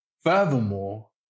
Furthermore